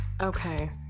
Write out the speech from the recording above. Okay